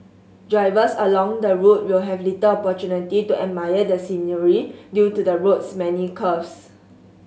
drivers along the route will have little opportunity to admire the scenery due to the road's many curves